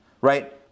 Right